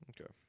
Okay